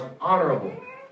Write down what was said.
honorable